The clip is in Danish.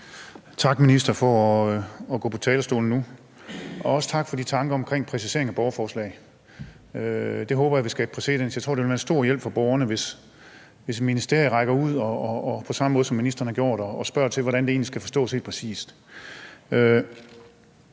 tak for de tanker omkring præciseringen af borgerforslag. Det håber jeg vil skabe præcedens. Jeg tror, at det vil være en stor hjælp for borgerne, hvis ministerierne rækker ud på samme måde, som ministeren har gjort, og spørger til, hvordan det helt præcis skal forstås. Jeg kunne